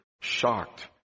shocked